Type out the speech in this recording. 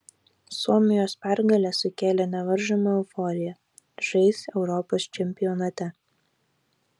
suomijos pergalė sukėlė nevaržomą euforiją žais europos čempionate